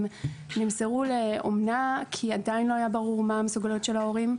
הם נמסרו לאומנה כי עדיין לא היה ברור מה המסוגלויות של ההורים,